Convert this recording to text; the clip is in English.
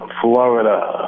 Florida